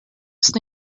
ist